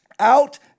Out